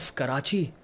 Karachi